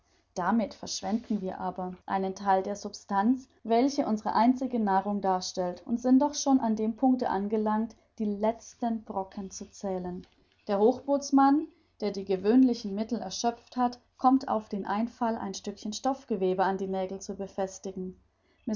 damit verschwenden wir aber einen theil der substanz welche unsere einzige nahrung darstellt und sind doch schon an dem punkte angelangt die letzten brocken zu zählen der hochbootsmann der die gewöhnlichen mittel erschöpft hat kommt auf den einfall ein stückchen stoffgewebe an die nägel zu befestigen